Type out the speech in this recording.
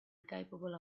capable